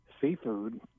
seafood